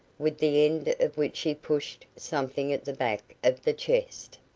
with the end of which he pushed something at the back of the chest.